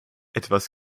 etwas